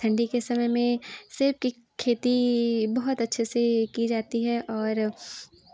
ठंडी के समय में सेब की खेती बहुत अच्छे से की जाती है और